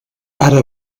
ara